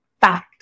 fact